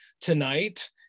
tonight